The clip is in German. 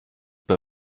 bei